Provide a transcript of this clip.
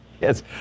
Yes